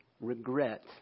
regret